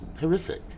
horrific